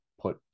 put